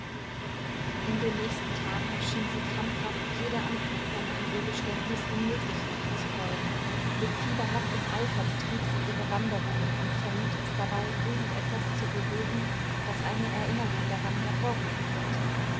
in den nächsten tagen schien sie krampfhaft jede anknüpfung an ihr geständnis unmöglich machen zu wollen mit fieberhaftem eifer betrieb sie ihre wanderungen und vermied es dabei irgend etwas zu berühren das eine erinnerung daran hervorrufen könnte